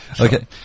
Okay